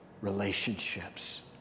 relationships